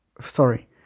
Sorry